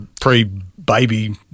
pre-baby